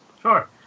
Sure